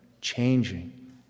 changing